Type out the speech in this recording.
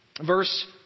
verse